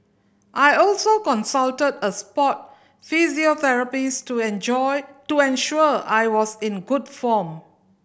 I also consulted a sport physiotherapist to enjoy to ensure I was in good form